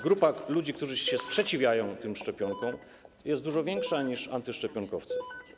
Grupa ludzi, którzy sprzeciwiają się tym szczepionkom, jest dużo większa niż antyszczepionkowców.